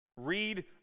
Read